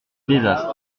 désastre